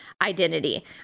identity